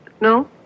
No